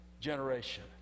generation